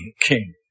king